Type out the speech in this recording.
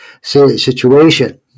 situation